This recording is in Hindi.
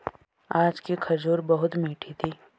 आज की खजूर बहुत मीठी थी